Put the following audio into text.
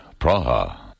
Praha